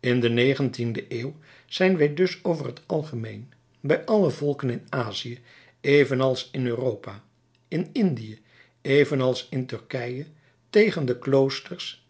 in de negentiende eeuw zijn wij dus over t algemeen bij alle volken in azië evenals in europa in indië evenals in turkije tegen de kloosters